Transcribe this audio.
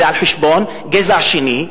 זה על חשבון גזע שני.